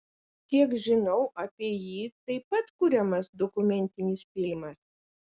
kiek žinau apie jį taip pat kuriamas dokumentinis filmas